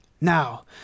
Now